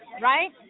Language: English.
right